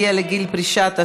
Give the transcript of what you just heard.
נכה שהגיע לגיל פרישה),